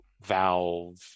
valve